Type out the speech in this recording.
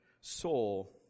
soul